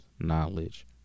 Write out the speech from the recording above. Knowledge